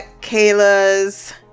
kayla's